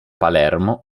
palermo